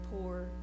poor